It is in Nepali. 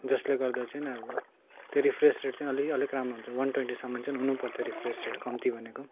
जसले गर्दा चाहिँ अब त्यो रिफ्रेस रेट चाहिँ अलि अलिक राम्रो हुन्छ वान ट्वेन्टीसम्म चाहिँ हुनुपर्थ्यो रिफ्रेस रेट कम्ती भनेको